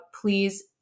please